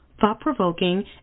thought-provoking